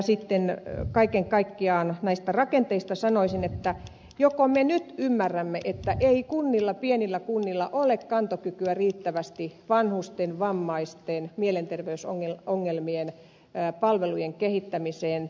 sitten kaiken kaikkiaan näistä rakenteista kysyisin joko me nyt ymmärrämme että ei pienillä kunnilla ole kantokykyä riittävästi vanhusten vammaisten mielenterveysongelmaisten palvelujen kehittämiseen